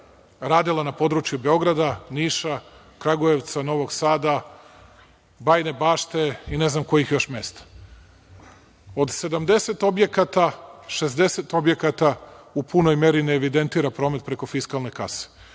radila na području Beograda, Niša, Kragujevca, Novog Sada, Bajine Bašte i ne znam kojih još mesta. Od 70 objekata, 60 objekata u punoj meri ne evidentira promet preko fiskalne kase.